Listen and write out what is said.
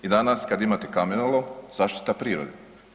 I danas kad imate kamenolom, zaštita prirode.